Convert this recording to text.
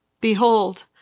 behold